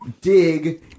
dig